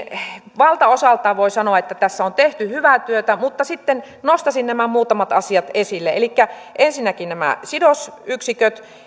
valtaosaltaan voi sanoa että tässä on tehty hyvää työtä mutta sitten nostaisin nämä muutamat asiat esille elikkä ensinnäkin nämä sidosyksiköt